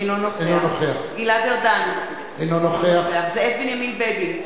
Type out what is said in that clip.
אינו נוכח גלעד ארדן, אינו נוכח זאב בנימין בגין,